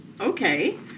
okay